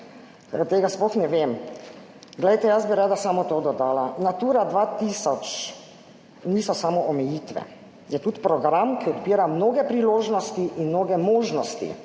tega sploh ne vem… Glejte, jaz bi rada samo to dodala, Natura 2000 niso samo omejitve. Je tudi program, ki odpira mnoge priložnosti in mnoge možnosti